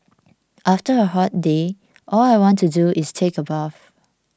after a hot day all I want to do is take a bath